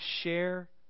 share